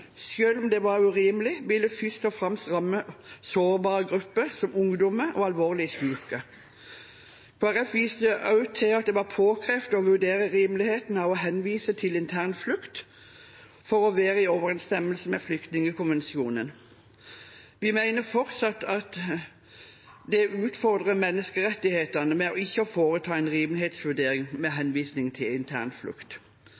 om det var urimelig – først og fremst ville ramme sårbare grupper som ungdommer og alvorlig syke. Kristelig Folkeparti viste også til at det var påkrevd å vurdere rimeligheten av å henvise til internflukt, for å være i overensstemmelse med flyktningkonvensjonen. Vi mener fortsatt at det utfordrer menneskerettighetene ikke å foreta en rimelighetsvurdering